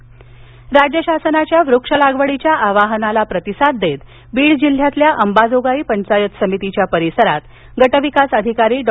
बीड राज्य शासनाच्या वक्षलागवडीच्या आवाहनाला प्रतिसाद देत बीड जिल्ह्यातल्या अंबाजोगाई पंचायत समितीच्या परिसरात गटविकास अधिकारी डॉ